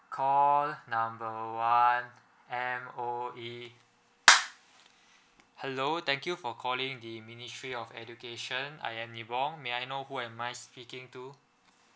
call number one M_O_E hello thank you for calling the ministry of education I am evong may I know who am I speaking to